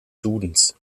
dudens